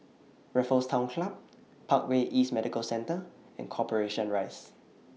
Raffles Town Club Parkway East Medical Centre and Corporation Rise